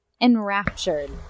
enraptured